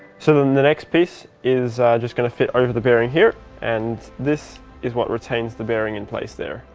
so then the next piece is just going fit over the bearing here and this is what retains the bearing in place there,